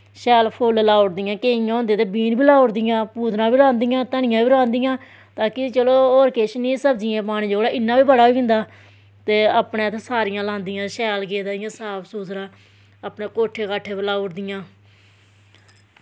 शैल फुल लाई ओड़दियां ते केईं होंदे ते बीह्न बी लाई ओड़दियां पूतना बी राह्दियां धनियां बी राह्दियां ताकि चलो होर किश निं सब्जियें च पाने जोगड़ा इन्ना बी बड़ा होई जंदा ते अपनै इत्थें सारियां लांदियां शैल गेदा इ'यां साफ सुथरा अपनै कोट्ठै काट्ठै पर लाई ओड़दियां